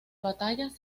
batallas